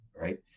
right